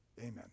Amen